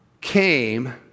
came